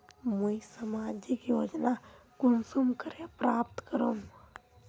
मुई सामाजिक योजना कुंसम करे प्राप्त करूम?